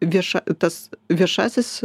vieša tas viešasis